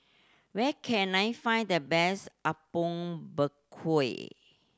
where can I find the best Apom Berkuah